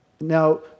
Now